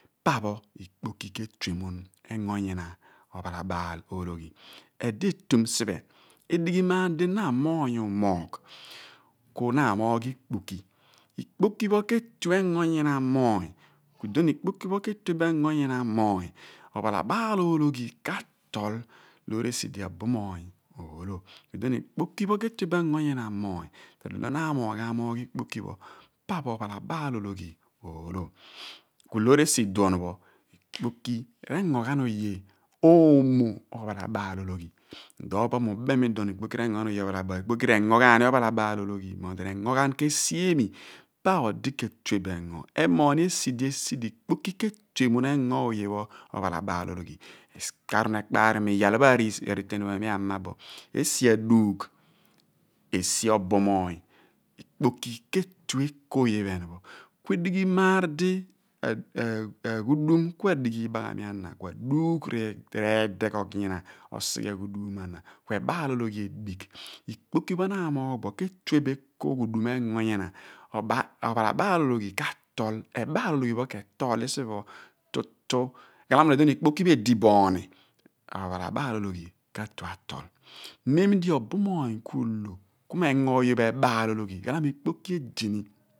Pa pho ikpoki ke/tue mun engo nyina obaal oleghe edi etum siphe, edighi maar di na moony u/moogh ku na amoogh ikpoki, ikpoki pho ke/tue engo nyina moony, iduon pho ikpoki ke/tue bo engo nyina moony ophalabaal ologhi ka/tol loor esi di obu moony oolo ku iduon ikpoki pho ke/tue bo engo nyina moony, po ilo na amoogh amoogh pho pa pho ophalabaal ologhi oolo ku loor esi iduon pho ikpoki r'engo ghan oye oomo ophalabaal ologhi iduon pho po mi u/bem iduon mo ikpoki re/ngo ghan oye ophalabaal ologhi, ikpoki r'engo ghan ni ophalabaal ologhi but r'engo ghan ke siemi pa odi ketue bo engo. emoogh esi di esi di ikpoki ke/tue mun engo oye pho ophalabaal ologhi ekpar nuun ekpaarion iyal pho areten pho iphen mi ama bo esi a duugh, esi obumoony, ikpoki ke/tue eko iphen pho edighi mo di oghudum ku adighi ibaghami ana aduugh r'eedeghogh nyina osighe aghutum mo ana ku e/ebaal ologhi edighi ikpoki pho na amoogh bo ke/tue bo eko ghudum engo nyina, ophalabaal ologhi ka/tol ebaal ologhe pho ke tol li siphe pho tutu ghalamo re duon ikpoki pho edi bo ni ophalabaal ologhi ka/tue atol mem di obu moony ku u/lo ku m' engo oye pho e/baal ologhi, ghalamo ikpoki edini.